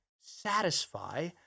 satisfy